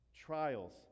trials